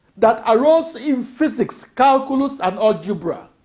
that arose in physics, calculus, and algebra